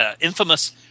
infamous